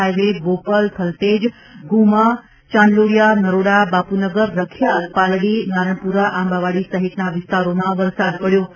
highway Bopal Thaltej Ghuma Sola Chandlodiya Naroda Bapunagar Rakhial Paldi Naranpura Ambawadi સહિતના વિસ્તારમાં વરસાદ પડચો છે